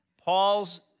Paul's